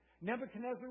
Nebuchadnezzar